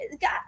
god